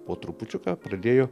po trupučiuką pradėjo